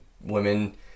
women